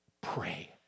pray